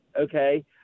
okay